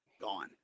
gone